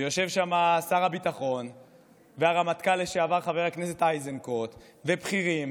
ויושב שם שר הביטחון והרמטכ"ל לשעבר חבר הכנסת איזנקוט ובכירים,